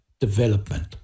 development